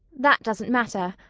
that doesn't matter.